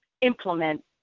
implement